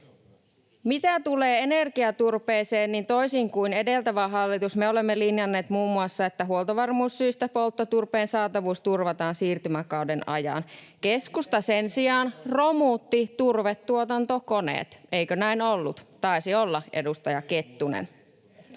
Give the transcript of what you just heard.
Mitä tulee energiaturpeeseen, niin toisin kuin edeltävä hallitus, me olemme linjanneet muun muassa, että huoltovarmuussyistä polttoturpeen saatavuus turvataan siirtymäkauden ajan. Keskusta sen sijaan romutti turvetuotantokoneet. Eikö näin ollut? Taisi olla, edustaja Kettunen.